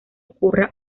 ocurra